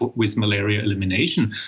with malaria elimination,